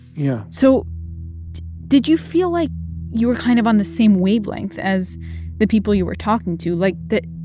yeah so did you feel like you were kind of on the same wavelength as the people you were talking to like, that,